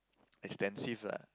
extensive lah